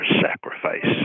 sacrifice